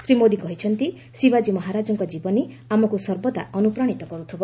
ଶ୍ରୀ ମୋଦି କହିଛନ୍ତି ଶିବାଜୀ ମହାରାଜଙ୍କ ଜୀବନୀ ଆମକୁ ସର୍ବଦା ଅନୁପ୍ରାଣିତ କରୁଥିବ